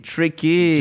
Tricky